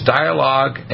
dialogue